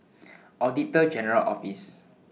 Auditor General Office